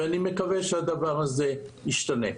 אני מקווה שהדבר הזה ישתנה.